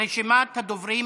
רשימת הדוברים